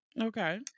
okay